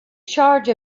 charge